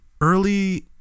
Early